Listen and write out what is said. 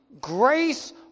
grace